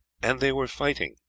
and they were fighting,